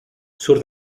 sur